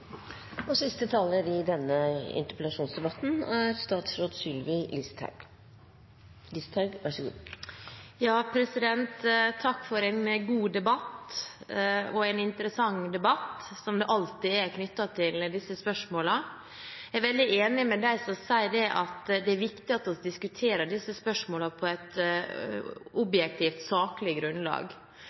for en god debatt, og en interessant debatt, som det alltid er knyttet til disse spørsmålene. Jeg er veldig enig med dem som sier at det er viktig at vi diskuterer disse spørsmålene på et objektivt, saklig grunnlag.